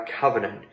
covenant